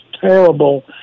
terrible